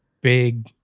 big